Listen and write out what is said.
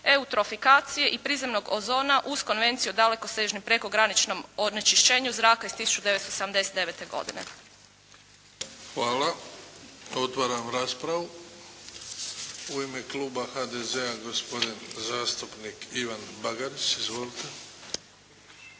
eutrofikacije i prizemnog ozona uz Konvenciju o dalekosežnom prekograničnom onečišćenju zraka iz 1979. godine. **Bebić, Luka (HDZ)** Hvala. Otvaram raspravu. U ime kluba HDZ-a gospodin zastupnik Ivan Bagarić. Izvolite.